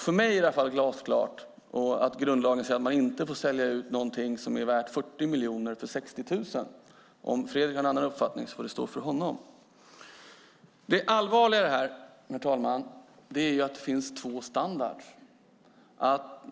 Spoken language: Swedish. För mig är det i alla fall glasklart att grundlagen säger att man inte får sälja ut någonting som är värt 40 miljoner till 60 000. Om Fredrik har en annan uppfattning får det stå för honom. Det allvarliga i det här, herr talman, är att det finns två standarder.